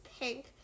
pink